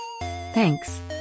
Thanks